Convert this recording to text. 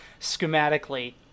schematically